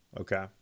Okay